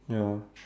ya